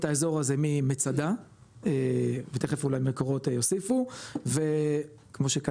האזור הזה ממצדה ותיכף אולי מקורות יוסיפו וכמו שגם